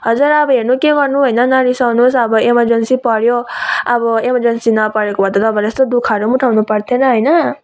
हजुर अब हेर्नु के गर्नु होइन नरिसाउनु होस् अब एमर्जेन्सी पर्यो अब एमर्जेन्सी नपरेको भए त तपाईँलाई यस्तो दुःखहरू उठाउनु पर्ने थिएन होइन